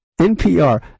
NPR